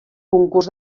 concurs